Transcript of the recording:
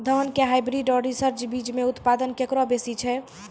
धान के हाईब्रीड और रिसर्च बीज मे उत्पादन केकरो बेसी छै?